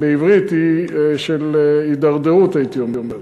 בעברית היא של הידרדרות, הייתי אומר.